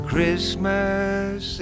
Christmas